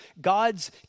God's